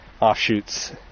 offshoots